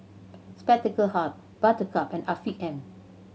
Spectacle Hut Buttercup and Afiq M